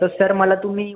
तर सर मला तुम्ही